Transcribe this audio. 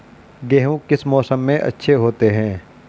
गेहूँ किस मौसम में अच्छे होते हैं?